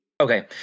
Okay